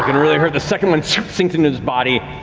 really hurt. the second one sinks into its body.